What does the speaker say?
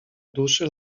duszy